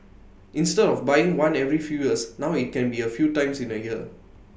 instead of buying one every few years now IT can be A few times in A year